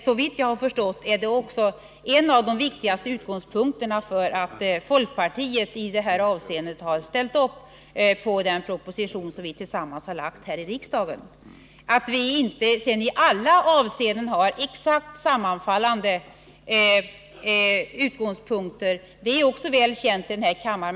Såvitt jag har förstått är den också en av de viktigaste utgångspunkterna för att folkpartiet i detta avseende ställt upp på denna proposition, som vi tillsammans har lagt fram för riksdagen. Att vi inte i alla avseenden har exakt sammanfallande utgångspunkter är också väl känt i denna kammare.